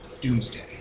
doomsday